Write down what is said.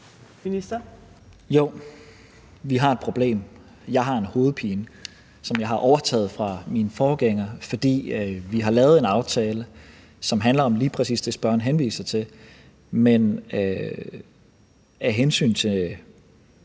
Tesfaye): Jo, vi har et problem; jeg har en hovedpine, som jeg har overtaget fra min forgænger. For vi har lavet en aftale, som handler om lige præcis det, spørgeren henviser til, men af hensyn til